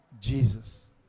Jesus